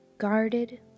guarded